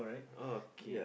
okay